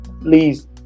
Please